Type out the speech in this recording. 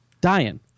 Dying